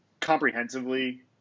comprehensively